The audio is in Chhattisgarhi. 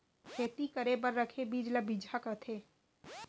खेती करे बर रखे बीज ल बिजहा कथें